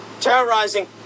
terrorizing